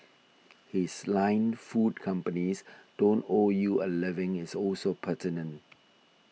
his line food companies don't owe you a living is also pertinent